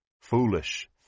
foolish